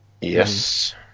Yes